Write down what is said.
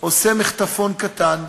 עושה מחטפון קטן,